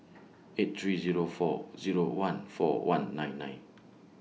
eight three Zero four Zero one four one nine nine